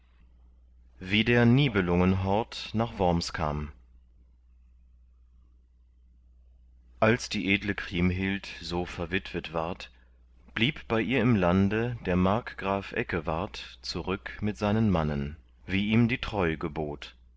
wie der nibelungenhort nach worms kam als die edle kriemhild so verwitwet ward blieb bei ihr im lande der markgraf eckewart zurück mit seinen mannen wie ihm die treu gebot